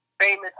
Famous